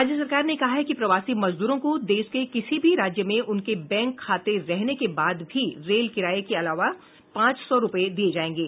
राज्य सरकार ने कहा है कि प्रवासी मजदूरों को देश के किसी भी राज्य में उनके बैंक खाते रहने के बाद भी रेल किराये के अलावा पांच सौ रूपये दिये जायेंगे